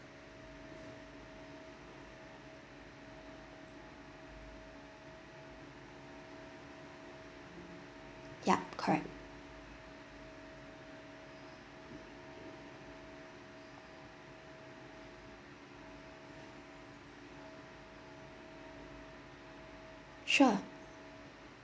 yup correct sure